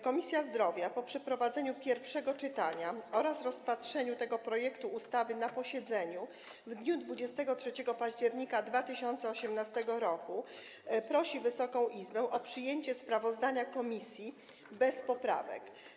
Komisja Zdrowia, po przeprowadzeniu pierwszego czytania oraz rozpatrzeniu tego projektu ustawy na posiedzeniu w dniu 23 października 2018 r., prosi Wysoką Izbę o przyjęcie sprawozdania komisji bez poprawek.